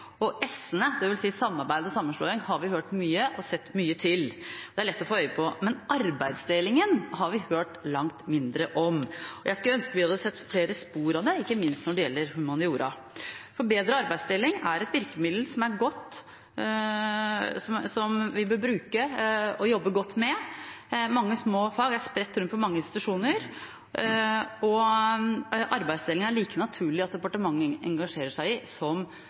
samarbeid og sammenslåing, har vi hørt og sett mye til. Det er lett å få øye på. Men arbeidsdelingen har vi hørt langt mindre om. Jeg skulle ønske vi hadde sett flere spor av det, ikke minst innen humaniora, for bedre arbeidsdeling er et virkemiddel som vi bør bruke og jobbe godt med. Mange små fag er spredt rundt på mange institusjoner. Det er like naturlig at departementet engasjerer seg i